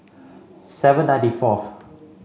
seven ninety fourth